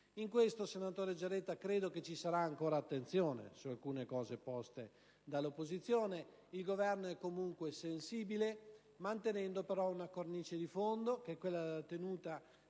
In merito, senatore Giaretta, credo ci sarà ancora attenzione su alcuni temi posti dall'opposizione. Il Governo è comunque sensibile, mantenendo però una cornice di fondo: quella della tenuta